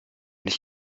nicht